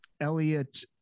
Elliot